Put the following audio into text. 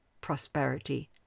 prosperity